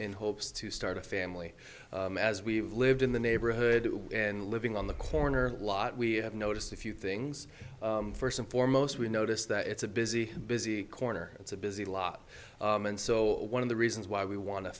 in hopes to start a family as we've lived in the neighborhood and living on the corner lot we have noticed a few things first and foremost we notice that it's a busy busy corner it's a busy lot and so one of the reasons why we wan